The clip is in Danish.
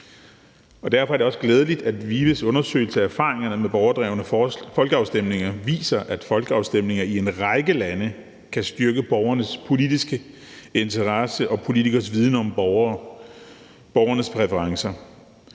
Derfor er det også glædeligt, at VIVEs undersøgelse af erfaringerne med borgerdrevne folkeafstemninger viser, at folkeafstemninger i en række lande kan styrke borgernes politiske interesse og politikernes viden om borgernes præferencer.